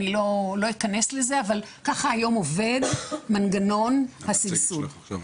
אני לא אכנס לזה אבל ככה היום עובד מנגנון הסבסוד.